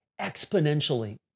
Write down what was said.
exponentially